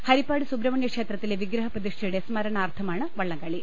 ഹരിപ്പാട് സുബ്രഹ്മണ്യ ക്ഷേത്രത്തിലെ വിഗ്രഹ പ്രതിഷ്ഠയുടെ സ്മര ണാർത്ഥമാണ് വള്ളംകളി